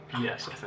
Yes